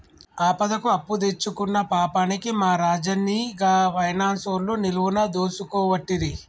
ఆపదకు అప్పుదెచ్చుకున్న పాపానికి మా రాజన్ని గా పైనాన్సోళ్లు నిలువున దోసుకోవట్టిరి